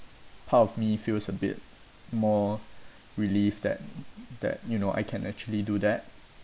part of me feels a bit more relieved that that you know I can actually do that